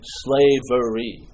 slavery